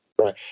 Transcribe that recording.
Right